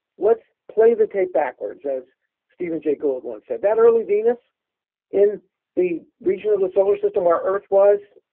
let's play the tape backwards, as stephen jay gould once said. that early venus in the region of the solar system where earth was,